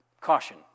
caution